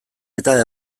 eta